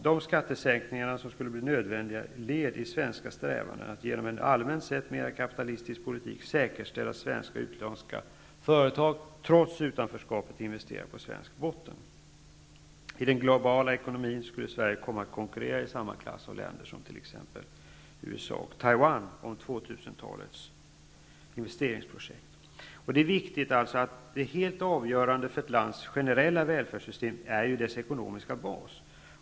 Dessa skattesänkningar skulle bli nödvändiga led i de svenska strävandena att genom en allmänt sett mera ''kapitalistisk'' politik säkerställa att svenska och utländska företag, trots utanförskapet, investerar på svensk botten så att säga. I den globala ekonomin skulle Sverige komma att konkurrera i samma klass som länder som USA och Det helt avgörande för ett lands generella välfärdssystem är landets ekonomiska bas.